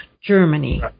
Germany